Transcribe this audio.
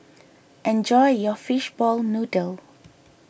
enjoy your Fishball Noodle